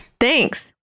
Thanks